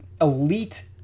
elite